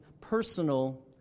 personal